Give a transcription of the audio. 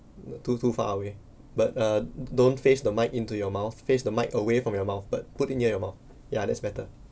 too too far away but uh don't face the mic into your mouth face the mic away from your mouth but put it near your mouth ya that's better